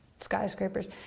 Skyscrapers